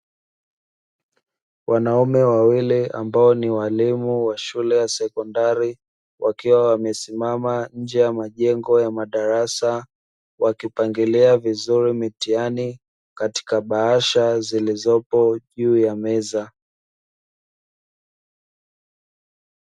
Wanaume wawili ambao ni walimu wa shule ya sekondari, wakiwa wamesimama nje ya majengo ya madarasa wakipangilia vizuri mitihani, bkatika bahasha zilizopo juu ya meza.